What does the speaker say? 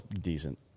decent